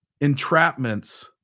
entrapments